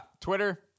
Twitter